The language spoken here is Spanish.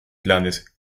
planes